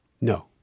No